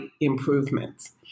improvements